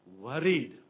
worried